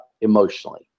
emotionally